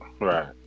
Right